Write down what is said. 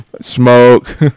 Smoke